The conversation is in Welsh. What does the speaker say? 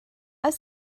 oes